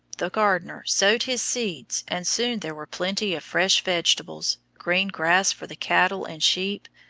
the gardener, sowed his seeds, and soon there were plenty of fresh vegetables, green grass for the cattle and sheep,